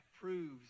proves